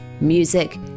music